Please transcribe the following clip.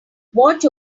watch